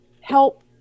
help